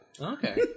Okay